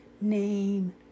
name